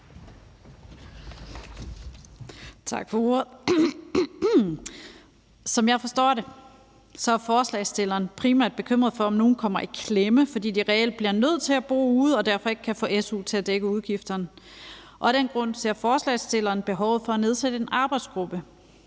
Som jeg forstår det, er forslagsstillerne primært bekymret for, om nogle kommer i klemme, fordi de reelt bliver nødt til at bo ude og derfor ikke kan få su til at dække udgifterne. Af den grund ser forslagsstillerne et behov for at nedsætte en arbejdsgruppe.